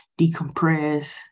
decompress